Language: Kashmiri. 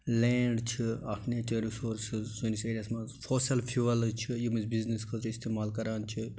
لینڈ چھِ اَکھ نیچرل رِسورسٕز سٲنِس ایریاہس منٛز فوسل فیوٗیَلٕز چھِ یِم أسۍ بِزنِس خٲطر اِستعمال کَران چھِ